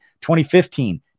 2015